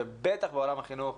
ובטח בעולם החינוך,